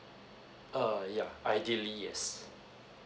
err yeah ideally yes